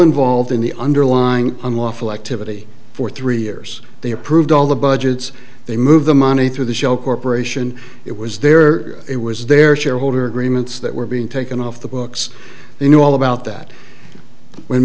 involved in the underlying unlawful activity for three years they approved all the budgets they move the money through the shell corporation it was there it was there shareholder agreements that were being taken off the books they knew all about that when